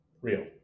Real